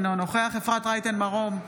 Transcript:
אינו נוכח אפרת רייטן מרום,